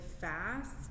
fast